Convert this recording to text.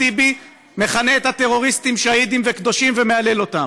טיבי מכנה את הטרוריסטים שהידים וקדושים ומהלל אותם.